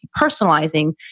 personalizing